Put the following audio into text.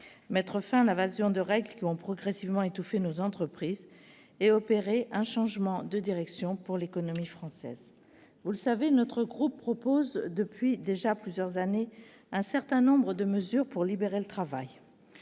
mettre fin à l'invasion de règles qui ont progressivement étouffé nos entreprises et opérer un changement de direction pour l'économie française. Vous le savez, notre groupe propose depuis déjà plusieurs années un certain nombre de mesures pour libérer le travail.